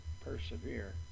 persevere